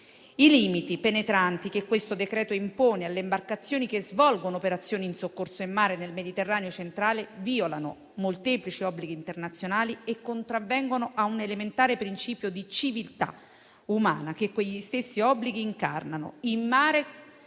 I limiti penetranti che questo decreto impone alle imbarcazioni che svolgono operazioni di soccorso in mare nel Mediterraneo centrale violano molteplici obblighi internazionali e contravvengono a un elementare principio di civiltà umana, che quegli stessi obblighi incarnano: in mare